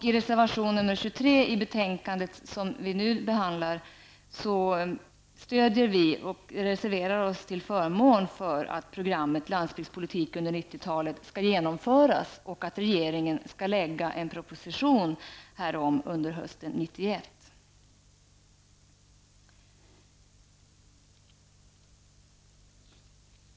I reservation 23 till det betänkande som vi nu behandlar reserverar vi oss till förmån för att programmet landsbygdspolitik under 90-talet skall genomföras och att regeringen skall lägga fram en proposition i frågan hösten 1991.